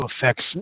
affects